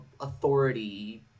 authority